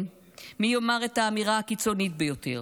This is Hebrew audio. מי יאמר את האמירה הקיצונית ביותר,